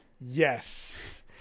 Yes